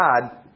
God